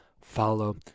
follow